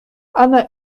anna